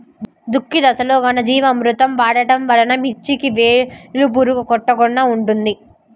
దుక్కి దశలో ఘనజీవామృతం వాడటం వలన మిర్చికి వేలు పురుగు కొట్టకుండా ఉంటుంది?